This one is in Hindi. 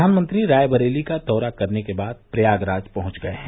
प्रधानमंत्री रायबरेली का दौरा करने के बाद प्रयागराज पहुंच गये हैं